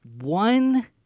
one